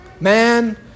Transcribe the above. man